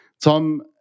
Tom